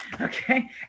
Okay